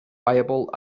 viable